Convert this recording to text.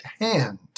hand